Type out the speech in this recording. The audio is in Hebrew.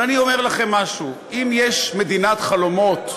ואני אומר לכם משהו: אם יש מדינת חלומות,